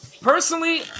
personally